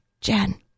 Jen